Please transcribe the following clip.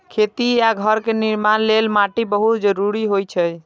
खेती आ घर निर्माण लेल माटि बहुत जरूरी होइ छै